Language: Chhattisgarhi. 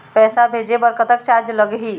पैसा भेजे बर कतक चार्ज लगही?